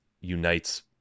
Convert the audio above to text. unites